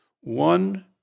One